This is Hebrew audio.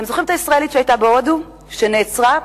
אתם זוכרים את הישראלית ההרה שנעצרה בהודו?